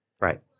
Right